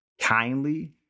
kindly